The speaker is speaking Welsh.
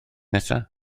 nesaf